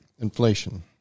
inflation